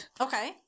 Okay